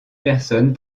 personnes